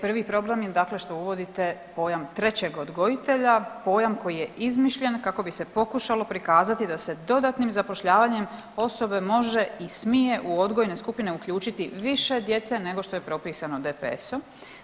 Prvi problem dakle što uvodite pojam trećeg odgojitelja, pojam koji je izmišljen kako bi se pokušalo prikazati da se dodatnim zapošljavanjem osobe može i smije u odgojne skupine uključiti više djece nego što je propisano DPS-om.